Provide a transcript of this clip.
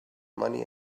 money